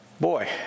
Boy